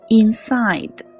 inside